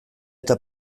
eta